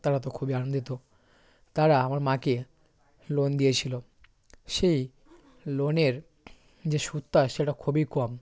তারা তো খুবই আনন্দিত তারা আমার মাকে লোন দিয়েছিলো সেই লোনের যে সুততা সেটা খুবই কম